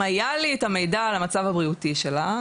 אם היה לי את המידע על המצב הבריאותי שלה,